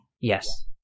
Yes